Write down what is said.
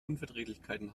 unverträglichkeiten